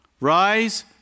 Rise